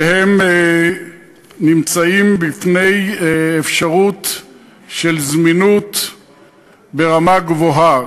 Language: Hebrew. והן נמצאות בפני אפשרות של זמינות ברמה גבוהה.